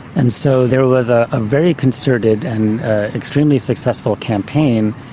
and so there was a ah very concerted and extremely successful campaign,